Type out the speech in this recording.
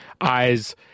eyes